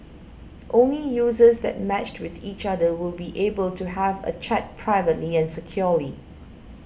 only users that matched with each other will be able to have a chat privately and securely